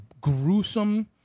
gruesome